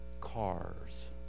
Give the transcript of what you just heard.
cars